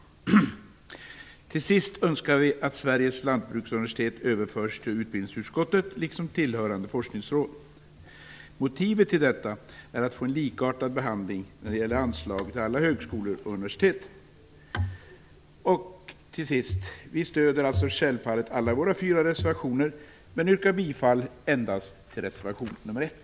Till sist önskar vi att Sveriges lantbruksuniversitet överförs till Utbildningsdepartementet, liksom tillhörande forskningsråd. Motivet till detta är att få en likartad behandling när det gäller anslag till alla högskolor och universitet. Vi stödjer självfallet alla våra fyra reservationer, men yrkar bifall endast till reservation nr 1.